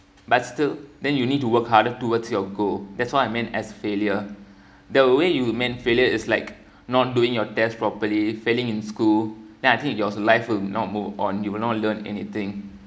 but still then you need to work harder towards your goal that's what I mean as failure the way you would meant failure is like not doing your test properly failing in school then I think your life will not move on you will not learn anything